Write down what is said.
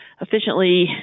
efficiently